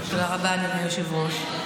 תודה רבה, אדוני היושב-ראש.